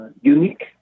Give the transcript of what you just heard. Unique